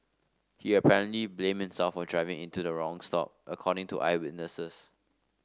he apparently blamed himself for driving into the wrong stop according to eyewitnesses